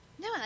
No